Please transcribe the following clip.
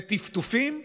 זה טפטופים?